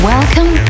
Welcome